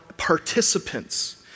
participants